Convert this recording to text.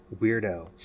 weirdo